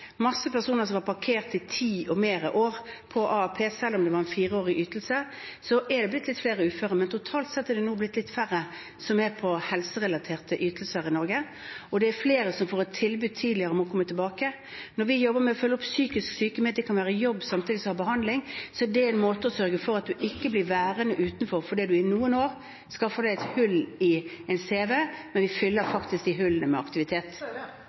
personer som var parkert i ti eller flere år på AAP, selv om det var en fireårig ytelse. Det har blitt litt flere uføre, men totalt sett har det nå blitt litt færre som er på helserelaterte ytelser i Norge. Det er flere som får et tilbud tidligere om å komme tilbake. Når vi jobber med å følge opp psykisk syke ved at de kan være i jobb samtidig som de får behandling, er det en måte for å sørge for at man ikke blir værende utenfor fordi man i noen år skaffer seg et hull i cv-en. Vi fyller de hullene med aktivitet.